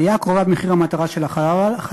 העלייה הקרובה במחיר המטרה של החלב